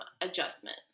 adjustment